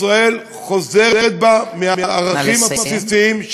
ישראל חוזרת בה מהערכים הבסיסיים,